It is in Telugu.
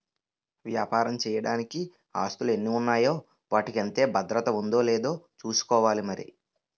వ్యాపారం చెయ్యడానికి ఆస్తులు ఎన్ని ఉన్నాయో వాటికి అంతే భద్రత ఉందో లేదో చూసుకోవాలి మరి